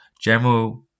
General